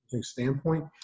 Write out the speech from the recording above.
standpoint